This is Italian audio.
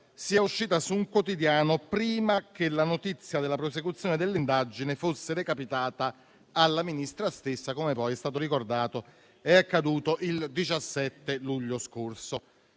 sia uscita su un quotidiano prima che la notizia della prosecuzione dell'indagine fosse recapitata alla Ministra stessa, come poi, è stato ricordato, è accaduto il 17 luglio scorso.